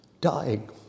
dying